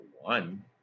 one